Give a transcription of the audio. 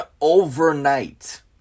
overnight